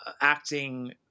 acting